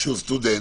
כשהוא סטודנט,